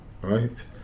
right